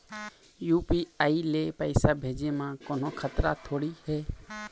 UPI ले पैसे भेजे म कोन्हो खतरा थोड़ी हे?